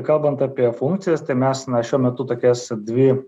kalbant apie funkcijas tai mes na šiuo metu tokias dvi